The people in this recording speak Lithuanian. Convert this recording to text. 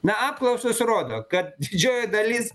na apklausos rodo kad didžioji dalis